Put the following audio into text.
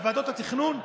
על ועדות התכנון,